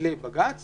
לבג"ץ